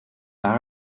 naar